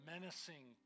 menacing